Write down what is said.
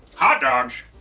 hot dogs!